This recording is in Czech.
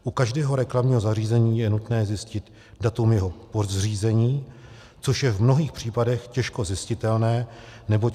U každého reklamního zařízení je nutné zjistit datum jeho pořízení, což je v mnohých případech těžko zjistitelné, neboť